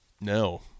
No